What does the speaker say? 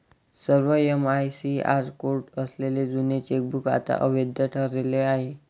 सर्व MICR code असलेले जुने चेकबुक आता अवैध ठरले आहे